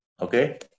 Okay